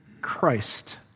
Christ